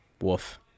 Woof